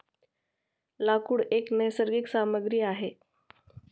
लाकूड एक नैसर्गिक सामग्री आहे